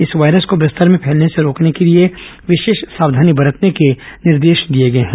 इस वायरस को बस्तर में फैलने से रोकने के लिए विशेष सावधानी बरतने के निर्देश दिए गए हैं